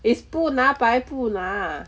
it's 不拿白不拿